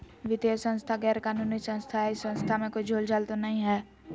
वित्तीय संस्था गैर कानूनी संस्था है इस संस्था में कोई झोलझाल तो नहीं है?